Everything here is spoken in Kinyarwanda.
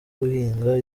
guhinga